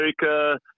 America